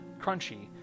crunchy